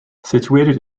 situated